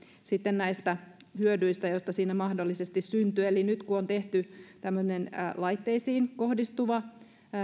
näistä hyödyistä joita siinä mahdollisesti syntyy eli nyt kun on tehty tämmöinen laitteisiin kohdistuva